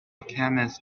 chemist